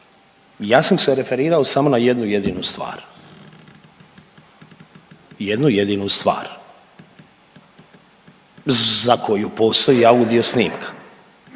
ja sam se referirao samo na jednu jedinu stvar, jednu jedinu stvar za koju postoji audio snimka.